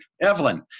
Evelyn